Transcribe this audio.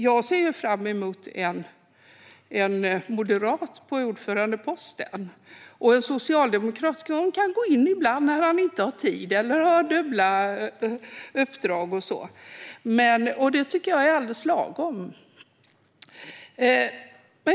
Jag ser fram emot att se en moderat på ordförandeposten och en socialdemokrat som kan gå in ibland när Hans inte har tid eller har dubbla uppdrag och så vidare. Det tycker jag är alldeles lagom.